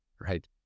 right